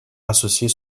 associés